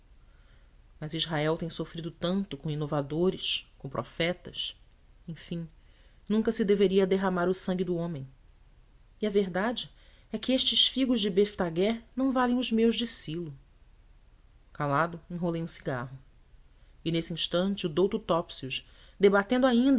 mas israel tem sofrido tanto com inovadores com profetas enfim nunca se deveria derramar o sangue do homem e a verdade é que estes figos de beftagé não valem os meus de silo calado enrolei um cigarro e nesse instante o douto topsius debatendo